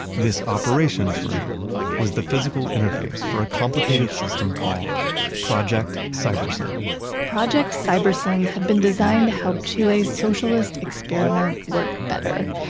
this operations room was the physical interface for a complicated system called project cybersyn project cybersyn had been designed to help chile's socialist experiment work better.